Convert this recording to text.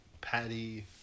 patty